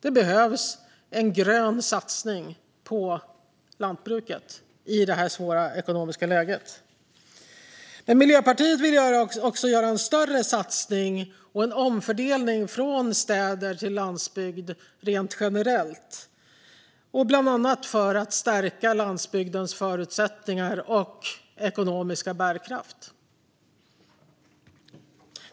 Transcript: Det behövs en grön satsning på lantbruket i det här svåra ekonomiska läget. Men Miljöpartiet vill också göra en större satsning och en omfördelning från städer till landsbygd rent generellt, bland annat för att stärka landsbygdens förutsättningar och ekonomiska bärkraft.